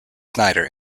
snyder